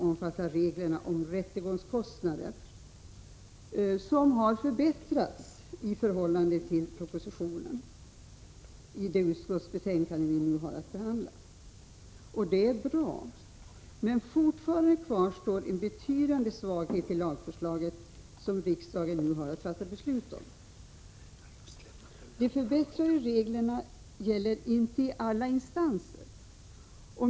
I det utskottsbetänkande som vi nu behandlar föreslås förbättringar av dessa regler i förhållande till propositionens förslag, och det är bra. I det lagförslag som riksdagen nu har att fatta beslut om kvarstår dock fortfarande en betydande svaghet: de förbättrade reglerna gäller inte i alla instanser.